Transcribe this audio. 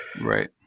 Right